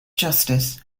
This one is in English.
justice